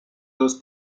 los